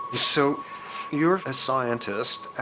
so you're ah scientist, and.